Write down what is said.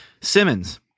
simmons